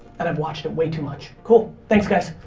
and i've watched it way too much. cool, thanks guys,